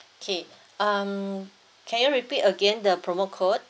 okay um can you repeat again the promo code